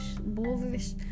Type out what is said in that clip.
bullish